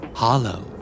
hollow